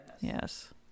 Yes